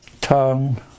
tongue